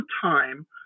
time